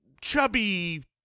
chubby